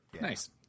Nice